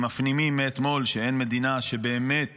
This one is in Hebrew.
הם מפנימים מאתמול שאין מדינה שבאמת